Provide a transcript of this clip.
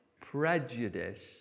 prejudice